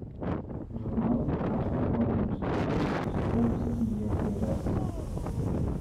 žurnalas atkapstė rekordinius turtus sukaupusias milijardieres